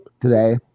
today